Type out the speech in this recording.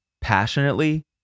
Passionately